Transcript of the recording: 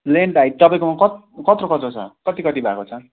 length height तपाईँकोमा कत कत्रो कत्रो छ कति कति भएको छ